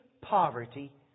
poverty